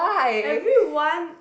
everyone